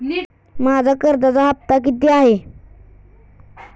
माझा कर्जाचा हफ्ता किती आहे?